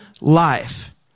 life